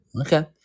Okay